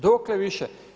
Dokle više?